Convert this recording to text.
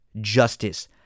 Justice